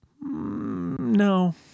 no